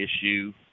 issue